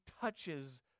touches